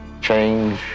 change